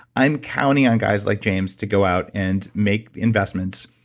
i'm counting on guys like james to go out and make investments